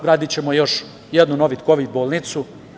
Gradićemo još jednu novu kovid bolnicu.